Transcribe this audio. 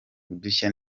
udushya